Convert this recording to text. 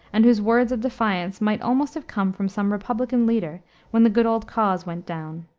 and whose words of defiance might almost have come from some republican leader when the good old cause went down.